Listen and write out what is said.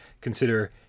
Consider